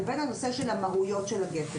לבין הנושא של המהויות של הגפ"ן.